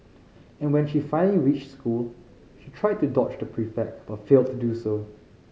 and when she finally reached school she tried to dodge the prefect but failed to do so